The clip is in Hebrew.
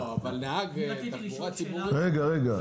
רגע,